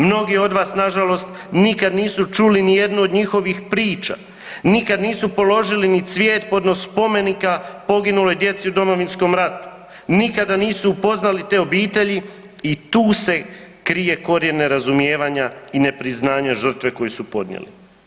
Mnogi od vas nažalost nikad nisu čuli ni jednu od njihovih priča, nikad nisu položili ni cvijet podno spomenika poginuloj djeci u Domovinskom ratu, nikada nisu upoznali te obitelji i tu se krije korijen nerazumijevanja i nepriznanja žrtve koju su podnijeli.